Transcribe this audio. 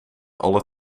alle